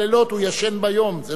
עשתה לילות כימים.